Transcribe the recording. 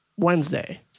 Wednesday